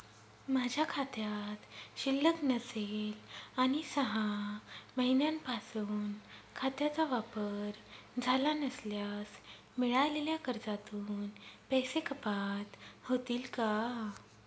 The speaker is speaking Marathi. माझ्या खात्यात शिल्लक नसेल आणि सहा महिन्यांपासून खात्याचा वापर झाला नसल्यास मिळालेल्या कर्जातून पैसे कपात होतील का?